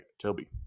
toby